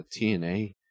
TNA